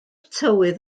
tywydd